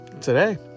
today